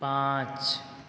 पाँच